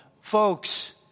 folks